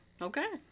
Okay